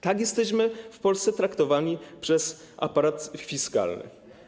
Tak jesteśmy w Polsce traktowani przez aparat fiskalny.